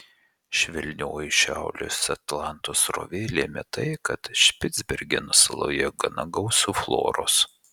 švelnioji šiaurės atlanto srovė lėmė tai kad špicbergeno saloje gana gausu floros